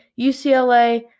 UCLA